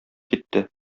китте